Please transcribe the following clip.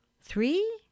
three